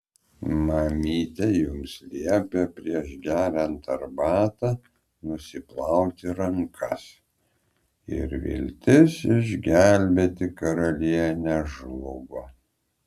mamytė jums liepė prieš geriant arbatą nusiplauti rankas ir viltis išgelbėti karalienę žlugo